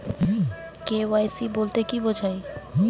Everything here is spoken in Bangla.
কে.ওয়াই.সি বলতে কি বোঝায়?